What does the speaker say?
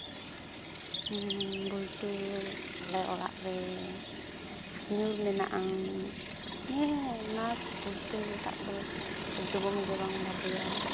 ᱵᱚᱞᱴᱩ ᱟᱞᱮ ᱚᱲᱟᱜ ᱨᱮ ᱧᱩᱨ ᱢᱮᱱᱟᱜᱼᱟ ᱢᱟᱱᱮ ᱱᱟᱴ ᱵᱚᱞᱴᱩ ᱢᱮᱛᱟᱜ ᱫᱚ ᱮᱠᱫᱚᱢ ᱜᱮ ᱵᱟᱝ ᱵᱷᱟᱹᱞᱤᱭᱟ